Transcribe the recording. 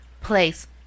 place